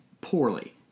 poorly